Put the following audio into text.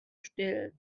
stellen